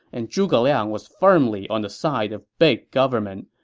and zhuge liang was firmly on the side of big government,